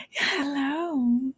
Hello